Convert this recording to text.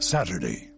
Saturday